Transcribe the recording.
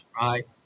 right